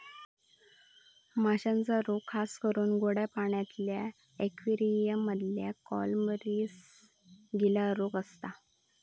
माश्यांचे रोग खासकरून गोड्या पाण्यातल्या इक्वेरियम मधल्या कॉलमरीस, गील रोग असता